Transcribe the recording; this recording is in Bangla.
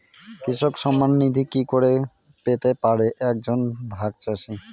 কৃষক সন্মান নিধি কি করে পেতে পারে এক জন ভাগ চাষি?